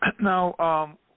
Now